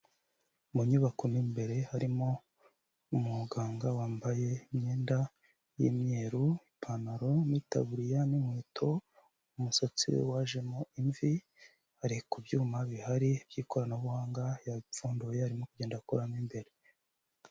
Mu nyubako mo imbere harimo umuganga wambaye imyenda y'imyeru, ipantaro n'itaburiya n'inkweto, umusatsi we wajemo imvi, ari ku byuma bihari by'ikoranabuhanga, yabipfunduye arimo kugenda akoramo imbere.